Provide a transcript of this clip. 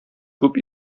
күп